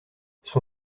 son